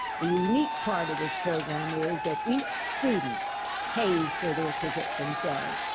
the unique part of this program is that each student pays for their ticket themselves.